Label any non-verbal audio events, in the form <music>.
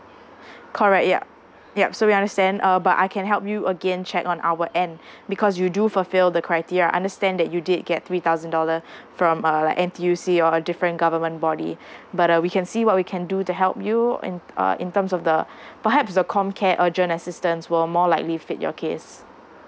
<breath> correct yup yup so we understand err but I can help you again check on our end <breath> because you do fulfil the criteria I understand that you did get three thousand dollars <breath> from uh like N_T_U_C or a different government body <breath> but uh we can see what we can do to help you in uh in terms of the <breath> perhaps the com care urgent assistance will more likely fit your case